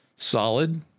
Solid